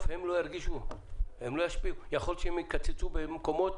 יכול להיות שהם יקצצו במקומות